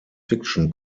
fiction